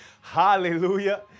hallelujah